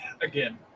again